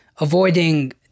avoiding